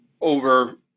over